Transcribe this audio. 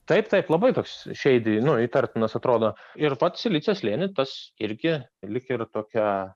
taip taip labai toks šeidi nu įtartinas atrodo ir vat silicio slėny tas irgi lyg ir tokia